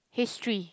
history